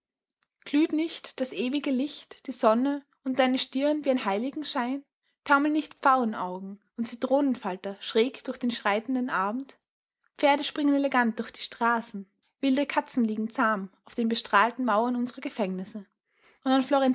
glüht nicht das ewige licht die sonne um deine stirn wie ein heiligenschein taumeln nicht pfauenauge und zitronenfalter schräg durch den schreitenden abend pferde springen elegant durch die straßen wilde katzen liegen zahm auf den bestrahlten mauern unserer gefängnisse